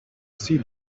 see